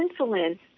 insulin